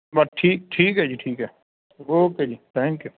ਬਾ ਠੀਕ ਠੀਕ ਹੈ ਜੀ ਠੀਕ ਹੈ ਓਕੇ ਜੀ ਥੈਂਕਿਊ